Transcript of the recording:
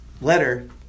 letter